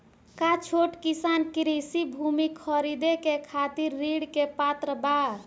का छोट किसान कृषि भूमि खरीदे के खातिर ऋण के पात्र बा?